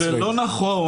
זה לא נכון